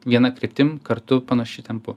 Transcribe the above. viena kryptim kartu panašiu tempu